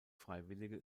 freiwillige